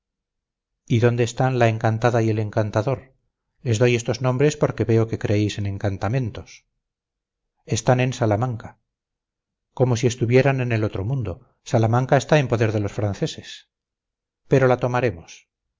y dónde están la encantada y el encantador les doy estos nombres porque veo que creéis en encantamentos están en salamanca como si estuvieran en el otro mundo salamanca está en poder de los franceses pero la tomaremos